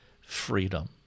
freedom